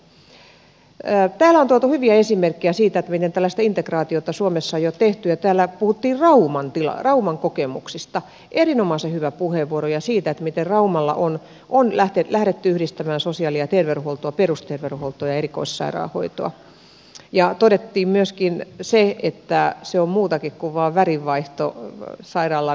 täällä on tuotu hyviä esimerkkejä siitä miten tällaista integraatiota suomessa on jo tehty ja täällä puhuttiin rauman kokemuksista erinomaisen hyvä puheenvuoro siitä miten raumalla on lähdetty yhdistämään sosiaali ja terveydenhuoltoa perusterveydenhuoltoa ja erikoissairaanhoitoa ja todettiin myöskin se että se on muutakin kuin vain värin vaihto sairaalan lattioissa